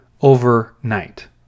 overnight